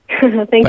Thank